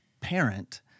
parent